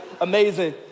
Amazing